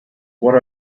what